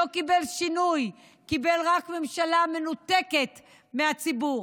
לא קיבל שינוי, קיבל רק ממשלה מנותקת מהציבור.